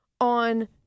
on